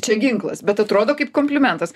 čia ginklas bet atrodo kaip komplimentas